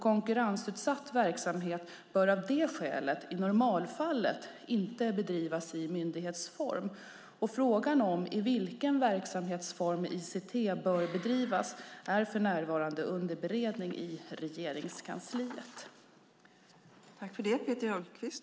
Konkurrensutsatt verksamhet bör av det skälet i normalfallet inte bedrivas i myndighetsform. Frågan om i vilken verksamhetsform ICT bör bedrivas är för närvarande under beredning i Regeringskansliet.